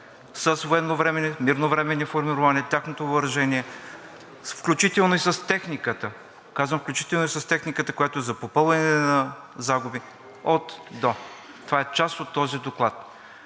с военновременни, мирновременни формирования, тяхното въоръжение, включително и с техниката, казвам включително и с техниката, която е за попълване на загуби, от – до, това е част от този доклад.